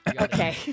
Okay